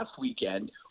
weekend